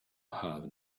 have